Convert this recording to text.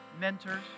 mentors